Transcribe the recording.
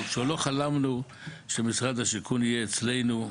לא חלמנו שמשרד השיכון יהיה אצלנו,